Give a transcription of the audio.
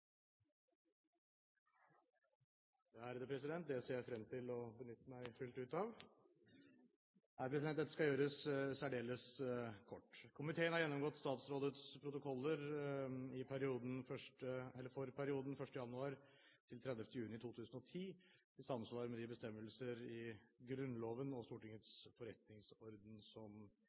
30 minutter. Den ser jeg frem til å benytte meg fullt ut av. – Nei, dette skal gjøres særdeles kort. Komiteen har gjennomgått statsrådets protokoller for perioden 1. januar–30. juni 2010, i samsvar med de bestemmelser i Grunnloven og Stortingets forretningsorden